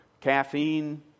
caffeine